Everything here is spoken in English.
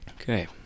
Okay